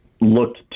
looked